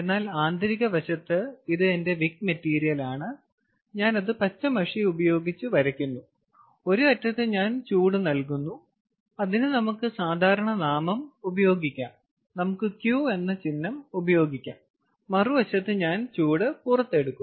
എന്നാൽ ആന്തരിക വശത്ത് ഇത് എന്റെ വിക്ക് മെറ്റീരിയലാണ് ഞാൻ അത് പച്ച മഷി ഉപയോഗിച്ച് വരയ്ക്കുന്നു ഒരു അറ്റത്ത് ഞാൻ ചൂട് നൽകുന്നു അതിന് നമുക്ക് സാധാരണ നാമം ഉപയോഗിക്കാം നമുക്ക് q എന്ന ചിഹ്നം ഉപയോഗിക്കാം മറുവശത്ത് ഞാൻ ആ ചൂട് പുറത്തെടുക്കുന്നു